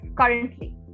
currently